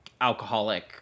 alcoholic